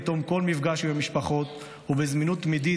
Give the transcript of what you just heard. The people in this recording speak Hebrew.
בתום כל מפגש עם המשפחות ובזמינות תמידית,